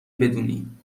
بدونی